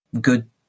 good